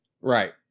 Right